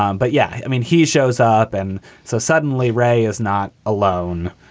um but, yeah. i mean, he shows up and so suddenly ray is not alone.